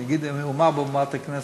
שיגידו: הוא אמר מעל בימת הכנסת,